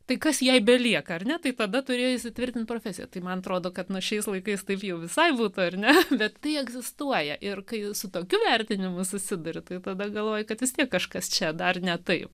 tai kas jai belieka ar ne tai tada turėjo įsitvirtinti profesijoje tai man atrodo kad nors šiais laikais taip jau visai buto ir ne bet tai egzistuoja ir kai su tokiu vertinimu susiduriu tada galvoji kad vis tiek kažkas čia dar ne taip